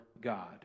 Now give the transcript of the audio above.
God